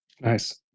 Nice